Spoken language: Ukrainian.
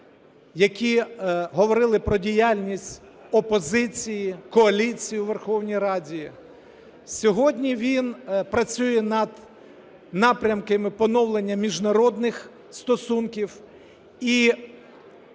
які говорили про діяльність опозиції, коаліції у Верховній Раді. Сьогодні він працює над напрямками поновлення міжнародних стосунків.